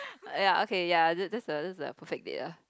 ya okay ya that's the that's the perfect date lah